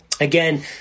Again